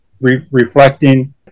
reflecting